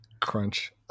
Crunch